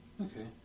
Okay